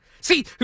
See